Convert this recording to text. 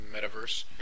metaverse